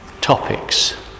topics